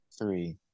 three